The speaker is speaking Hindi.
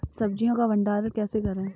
सब्जियों का भंडारण कैसे करें?